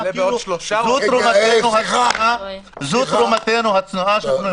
קריאה ------ זו תרומתנו הצנועה.